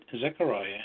Zechariah